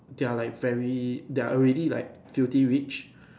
they are like very they are already like filthy rich